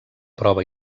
prova